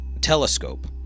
telescope